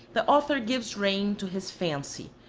the author gives rein to his fancy,